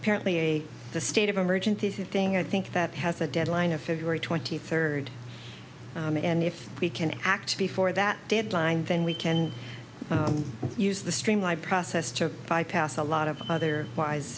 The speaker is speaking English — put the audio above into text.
apparently the state of emergency thing i think that has a deadline of february twenty third and if we can act before that deadline then we can use the streamlined process to five pass a lot of other wise